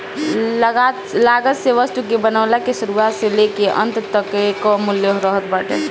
लागत में वस्तु के बनला के शुरुआत से लेके अंत तकले कअ मूल्य रहत बाटे